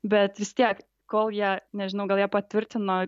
bet vis tiek kol ją nežinau gal jie patvirtino